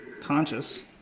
conscious